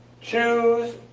Choose